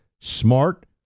smart